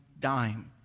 dime